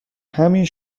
همین